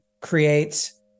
creates